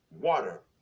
water